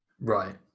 Right